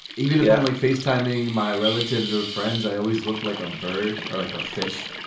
even if only face timing. my relatives or friends, i always looked like a bird or like a fish.